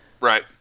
right